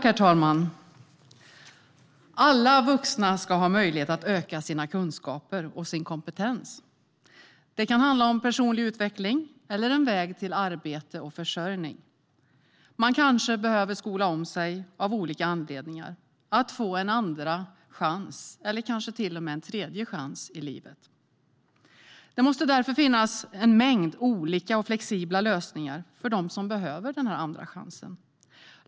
Herr talman! Alla vuxna ska ha möjlighet att öka sina kunskaper och sin kompetens. Det kan handla om personlig utveckling eller en väg till arbete och egen försörjning. Man kanske behöver skola om sig av olika anledningar, att få en andra chans eller kanske till och med en tredje chans i livet. Det måste därför finnas en mängd olika och flexibla lösningar för dem som behöver en andra chans.